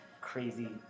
Crazy